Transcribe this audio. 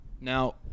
Now